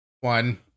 one